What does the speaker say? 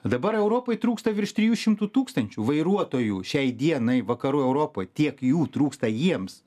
dabar europai trūksta virš trijų šimtų tūkstančių vairuotojų šiai dienai vakarų europoj tiek jų trūksta jiems